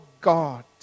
God